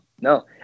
no